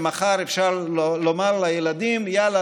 שמחר אפשר לומר לילדים: יאללה,